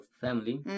family